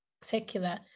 secular